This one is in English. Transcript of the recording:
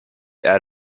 out